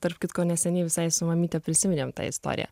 tarp kitko neseniai visai su mamyte prisiminėm tą istoriją